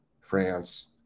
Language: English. France